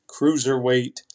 cruiserweight